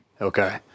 Okay